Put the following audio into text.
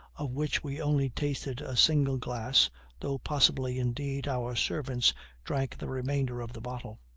of which we only tasted a single glass though possibly, indeed, our servants drank the remainder of the bottle.